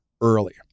earlier